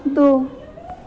दो